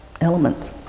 elements